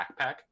backpack